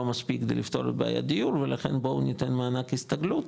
מספיק כדי לפתור בעיית דיור ולכן בואו ניתן מענק הסתגלות,